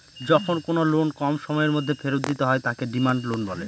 যখন কোনো লোন কম সময়ের মধ্যে ফেরত দিতে হয় তাকে ডিমান্ড লোন বলে